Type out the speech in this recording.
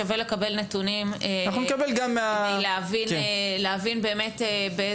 שווה לקבל נתונים כדי להבין באמת,